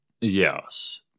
yes